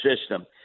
system